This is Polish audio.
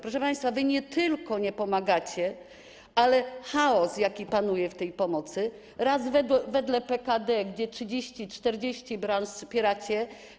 Proszę państwa, wy nie tylko nie pomagacie, ale ten chaos, jaki panuje w tej pomocy... raz wedle PKD, gdzie 30, 40 branż wspieracie.